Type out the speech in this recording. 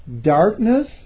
Darkness